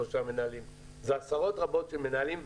שלושה מנהלים אלא עשרות רבות של מנהלים,